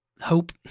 hope